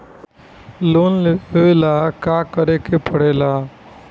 Loan लेबे ला का करे के पड़े ला?